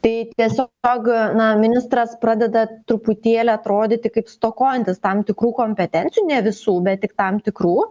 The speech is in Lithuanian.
tai tiesiog na ministras pradeda truputėlį atrodyti kaip stokojantis tam tikrų kompetencijų ne visų bet tik tam tikrų